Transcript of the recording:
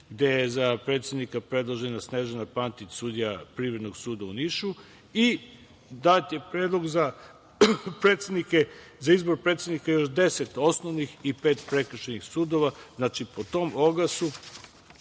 gde je za predsednika predložena Snežana Pantić, sudija Privrednog suda u Nišu i dat je predlog za izbor predsednika još deset osnovnih i pet prekršajnih sudova. Znači, po tom oglasu,